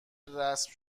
رسم